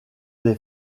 des